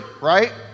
right